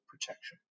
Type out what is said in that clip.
protection